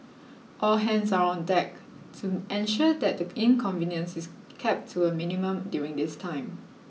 all hands are on deck to ensure that the inconvenience is kept to a minimum during this time